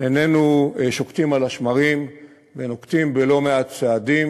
איננו שוקטים על השמרים ואנו נוקטים לא-מעט צעדים,